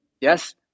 Yes